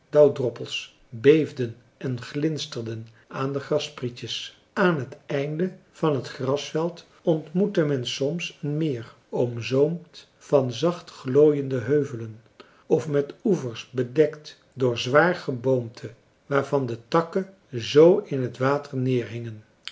dauwdroppels beefden en glinsterden aan de grassprietjes aan het einde van het grasveld ontmoette men soms een meer omzoomd van zachtglooiende heuvelen of met oevers bedekt door zwaar geboomte waarvan de takken tot in het water